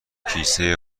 کیسه